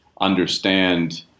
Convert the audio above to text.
understand